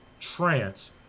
trance